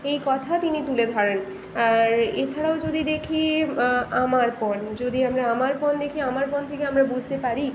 এই কথা তিনি তুলে ধরেন আর এছাড়াও যদি দেখি আমার পণ যদি আমরা আমার পণ দেখি আমার পণ থেকে আমরা বুঝতে পারি